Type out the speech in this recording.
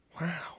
Wow